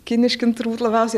kiniški turbūt labiausiai